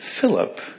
Philip